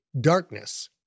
darkness